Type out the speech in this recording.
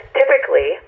typically